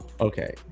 okay